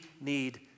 need